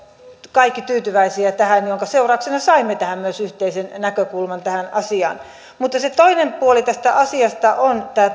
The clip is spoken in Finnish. kaikki tyytyväisiä tähän minkä seurauksena saimme tähän asiaan myös yhteisen näkökulman mutta se toinen puoli tästä asiasta on tämä